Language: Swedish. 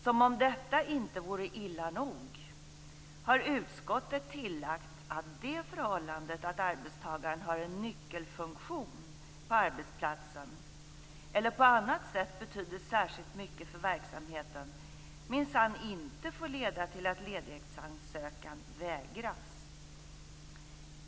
Som om detta inte vore illa nog har utskottet tilllagt att det förhållandet att arbetstagaren har en nyckelfunktion på arbetsplatsen eller på annat sätt betyder särskilt mycket för verksamheten minsann inte får leda till att ledighetsansökan vägras.